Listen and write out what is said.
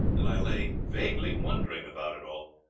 and i lay vaguely wondering about it all,